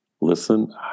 Listen